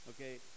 Okay